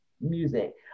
music